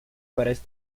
parece